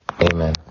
Amen